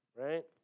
right